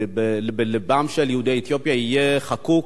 בלבם של יהודי אתיופיה, יהיה חקוק